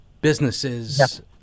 Businesses